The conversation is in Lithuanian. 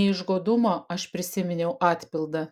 ne iš godumo aš prisiminiau atpildą